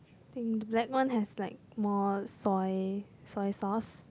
the black one has like more soy soy sauce